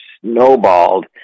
snowballed